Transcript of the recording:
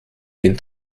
den